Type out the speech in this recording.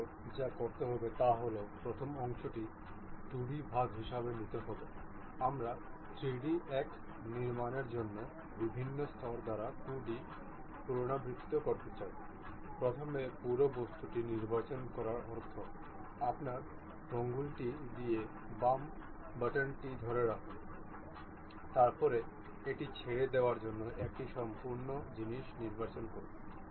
সুতরাং প্রথম প্রাথমিক ভাবে আমরা সহজেই অনুমান করতে পারি যে এই দুটি অংশ এখানে স্থির করতে হবে এবং এই বাদামটি তাদের স্থিরতা নিশ্চিত করবে